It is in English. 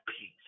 peace